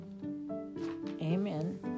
Amen